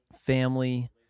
family